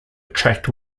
attract